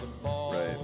Right